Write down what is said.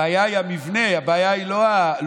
הבעיה היא המבנה, הבעיה היא לא האישיות.